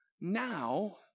now